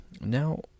Now